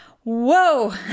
Whoa